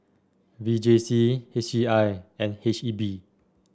V J C H E I and H E B